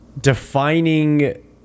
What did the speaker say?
defining